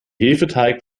hefeteig